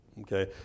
okay